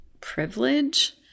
privilege